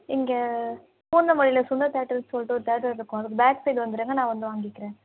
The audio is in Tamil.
இங்கே பூந்தமல்லியில் சுந்தர் தேட்டர்ஸுனு சொல்லிட்டு ஒரு தேட்டர் இருக்கும் அதுக்கு பேக் சைடு வந்துடுங்க நான் வந்து வாங்கிக்கிறேன்